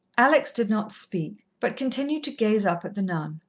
alex did not speak, but continued to gaze up at the nun.